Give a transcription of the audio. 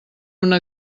una